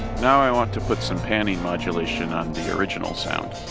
now i want to put some panning modulation on the original sound.